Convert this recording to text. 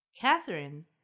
Catherine